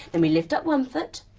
then we lift up one foot,